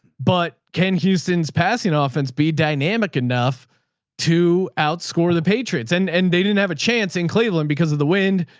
but ken houston's passing ah offense be dynamic enough to outscore the patriots and and they didn't have a chance in cleveland because of the wind.